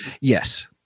Yes